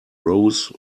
rose